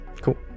cool